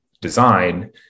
design